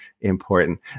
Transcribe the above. important